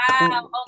wow